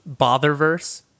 botherverse